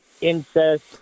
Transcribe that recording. incest